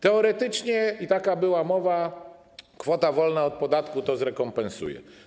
Teoretycznie, i o tym była mowa, kwota wolna od podatku to zrekompensuje.